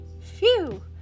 Phew